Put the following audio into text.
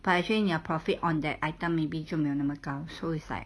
but actually your profit on that item maybe 就没有那么高 so it's like